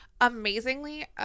amazingly